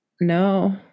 No